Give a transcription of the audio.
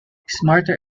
smarter